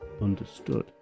understood